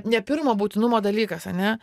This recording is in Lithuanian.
ne pirmo būtinumo dalykas ane